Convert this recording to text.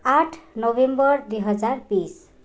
आठ नोभेम्बर दुई हजार बिस